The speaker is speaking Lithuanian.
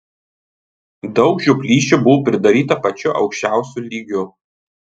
daug žioplysčių buvo pridaryta pačiu aukščiausiu lygiu